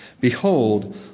Behold